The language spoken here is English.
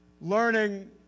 Learning